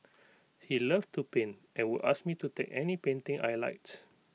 he love to paint and would ask me to take any painting I liked